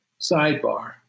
Sidebar